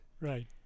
right